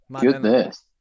Goodness